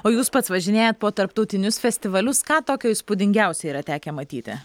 o jūs pats važinėjat po tarptautinius festivalius ką tokio įspūdingiausio yra tekę matyti